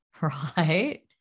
right